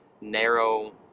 narrow